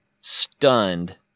stunned